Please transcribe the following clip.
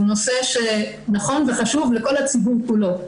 הוא נושא שנכון וחשוב לכל הציבור כולו.